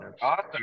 Awesome